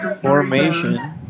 formation